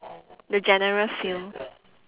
the general feel